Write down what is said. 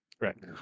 Right